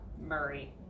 murray